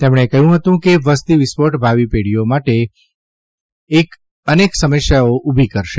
તેમણે કહથું હતું કે વસ્તી વસ્ફોટ ભાવી પેઢીઓ માટે અનેક સમસ્યાઓ ઉભી કરશે